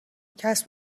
کسب